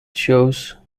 chose